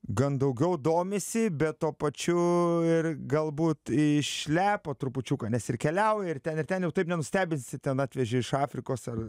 gan daugiau domisi bet tuo pačiu ir galbūt išlepo trupučiuką nes ir keliauja ir ten ir ten jau taip nenustebinsi ten atvežė iš afrikos ar